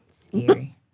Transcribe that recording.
Scary